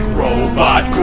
robot